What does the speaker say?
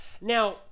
Now